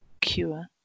cure